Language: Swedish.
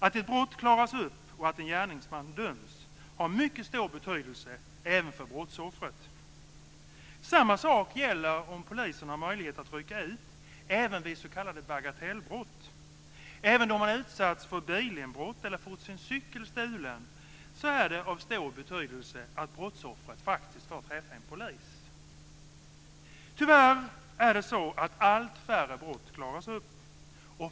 Att ett brott klaras upp och att en gärningsman döms har mycket stor betydelse även för brottsoffret. Samma sak gäller om polisen har möjlighet att rycka ut även vid s.k. bagatellbrott. Även då man utsatts för ett bilinbrott eller fått sin cykel stulen är det av stor betydelse att brottsoffret faktiskt får träffa en polis. Tyvärr är det så att allt färre brott klaras upp.